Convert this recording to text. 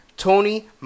Tony